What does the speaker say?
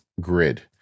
grid